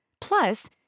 Plus